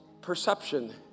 perception